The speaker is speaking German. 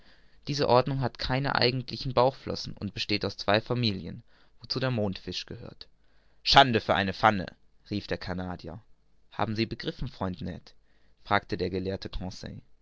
diese ordnung hat keine eigentlichen bauchflossen und besteht aus zwei familien wozu der mondfisch gehört schande für eine pfanne rief der canadier haben sie begriffen freund ned fragte der gelehrte